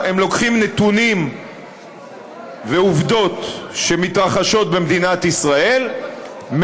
הם לוקחים נתונים ועובדות שמתרחשים במדינת ישראל,